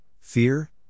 fear